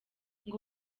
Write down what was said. ngo